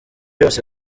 yose